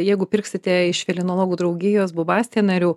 jeigu pirksite iš felinologų draugijos bubastė narių